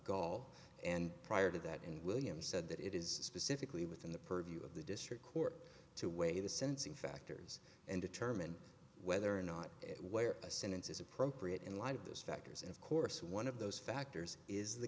gaul and prior to that and william said that it is specifically within the purview of the district court to weigh the sensing factors and determine whether or not where a sentence is appropriate in light of those factors and of course one of those factors is the